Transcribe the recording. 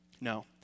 No